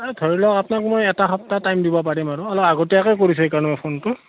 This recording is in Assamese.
এই ধৰি লওক আপোনাক মই এটা সপ্তাহ টাইম দিব পাৰিম আৰু অলপ আগতীয়াকে কৰিছোঁ এইকাৰণে মই ফোনটো